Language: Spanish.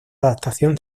adaptación